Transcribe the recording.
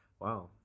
Wow